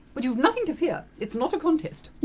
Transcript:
but you've nothing to fear, it's not a contest!